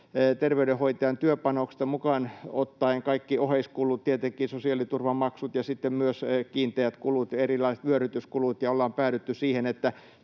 terveydenhoitajan työpanoksesta mukaan ottaen kaikki oheiskulut tietenkin — sosiaaliturvamaksut ja sitten myös kiinteät kulut ja erilaiset vyörytyskulut — ja on päädytty siihen, että